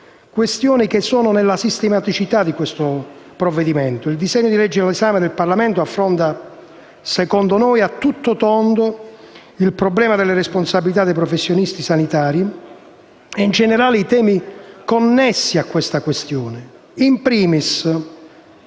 questioni che sono nella sistematicità di questo provvedimento. Il disegno di legge all'esame del Parlamento affronta a tutto tondo il problema delle responsabilità dei professionisti sanitari e in generale i temi connessi a questa questione. *In primis*